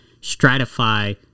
stratify